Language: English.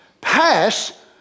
pass